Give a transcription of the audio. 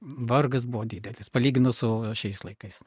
vargas buvo didelis palyginus su šiais laikais